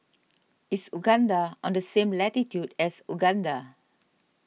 is Uganda on the same latitude as Uganda